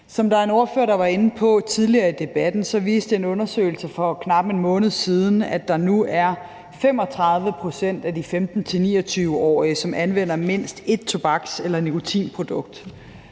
Som en ordfører var inde på tidligere i debatten, viste en undersøgelse for knap en måned siden, at der nu er 35 pct. af de 15-29-årige, som anvender mindst ét tobaks- eller nikotinprodukt.